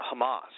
Hamas